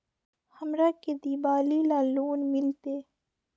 हमरा के दिवाली ला लोन मिलते?